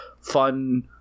fun